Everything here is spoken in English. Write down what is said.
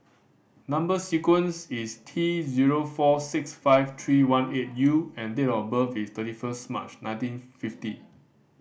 number sequence is T zero four six five three one eight U and date of birth is thirty first March nineteen fifty